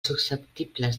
susceptibles